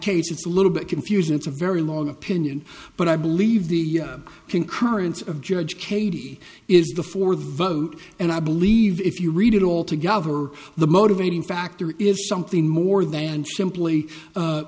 case it's a little bit confusing it's a very long opinion but i believe the concurrence of judge k d is before the vote and i believe if you read it all together the motivating factor is something more than simply